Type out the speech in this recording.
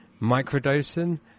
microdosing